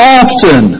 often